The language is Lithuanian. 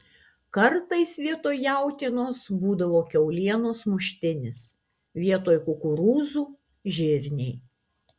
kartais vietoj jautienos būdavo kiaulienos muštinis vietoj kukurūzų žirniai